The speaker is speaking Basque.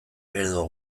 edo